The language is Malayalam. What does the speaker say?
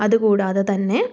അത് കൂടാതെ തന്നെ